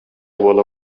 буола